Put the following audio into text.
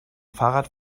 fahrrad